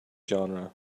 genre